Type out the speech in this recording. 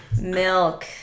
Milk